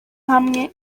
hamwe